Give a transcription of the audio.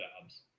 jobs